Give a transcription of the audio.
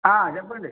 చెప్పండి